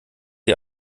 die